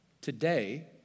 today